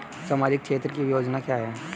सामाजिक क्षेत्र की योजना क्या है?